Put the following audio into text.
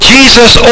Jesus